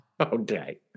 Okay